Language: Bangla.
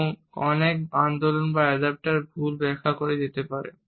এমন অনেক আন্দোলন বা অ্যাডাপ্টার ভুল ব্যাখ্যা করা হতে পারে